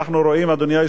אדוני היושב-ראש,